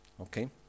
Okay